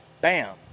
Bam